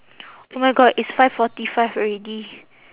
oh my god it's five forty five already